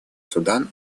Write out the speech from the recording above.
судан